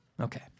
Okay